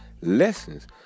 Lessons